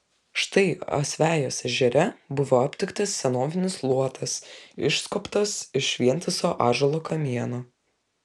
štai asvejos ežere buvo aptiktas senovinis luotas išskobtas iš vientiso ąžuolo kamieno